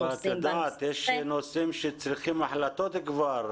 עושים -- אבל את יודעת שיש נושאים שצריכים החלטות כבר.